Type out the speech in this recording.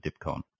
DIPCON